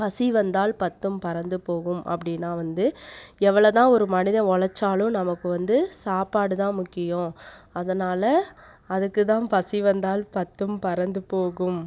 பசி வந்தால் பத்தும் பறந்து போகும் அப்படின்னா வந்து எவ்வளோதான் ஒரு மனிதன் உழச்சாலும் நமக்கு வந்து சாப்பாடு தான் முக்கியம் அதனால் அதுக்கு தான் பசி வந்தால் பத்தும் பறந்து போகும்